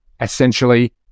Essentially